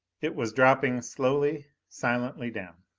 it was dropping slowly, silently down.